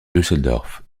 düsseldorf